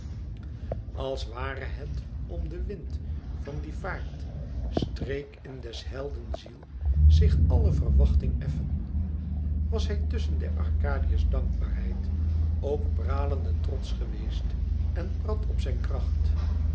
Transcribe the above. als ware het om den wind van die vaart streek in des helden ziel zich alle verwachting effen was hij tusschen der arkadiërs dankbaarheid ook pralende trotsch geweest en prat op zijn kracht